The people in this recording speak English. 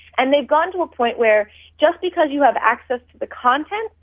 and they've gone to a point where just because you have access to the content,